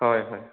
हय हय